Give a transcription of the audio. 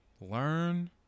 Learn